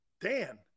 Dan